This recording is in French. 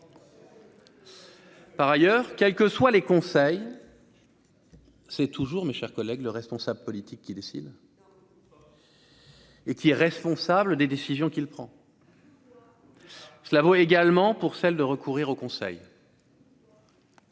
Par ailleurs, quels que soient les conseils. C'est toujours mes chers collègues, le responsable politique qui décide. Et qui est responsable des décisions qu'il prend. Cela vaut également pour celle de recourir au Conseil.